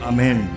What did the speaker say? Amen